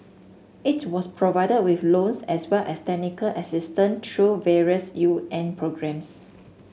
it was provided with loans as well as technical assistance through various U N programmes